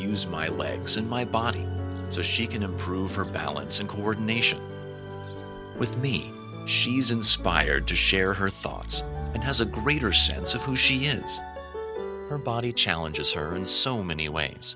use my legs and my body so she can improve her balance and coordination with me she's inspired to share her thoughts and has a greater sense of who she is her body challenges are in so many ways